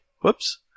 whoops